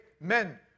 men